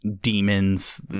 demons